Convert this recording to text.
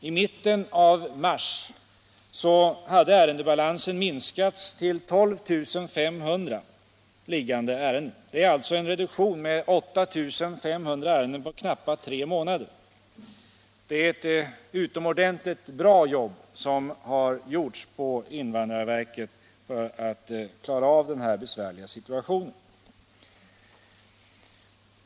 I mitten av mars hade ärendebalansen minskat till 12 500 liggande ärenden. Det är alltså en reduktion med 8 500 ärenden på knappa tre månader. Det är ett utomordentligt bra jobb som har gjorts på invandrarverket för att klara av den här besvärliga situationen.